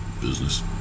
business